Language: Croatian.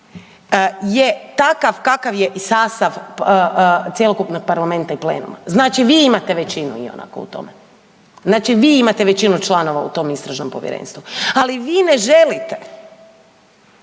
je takav kakav je i sastav cjelokupnog parlamenta i plenuma. Znači imate većinu ionako u tome. Znači vi imate većinu članova u tom istražnom povjerenstvu, a vi ne želite.